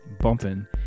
bumping